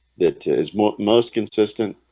that is most most consistent